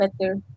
better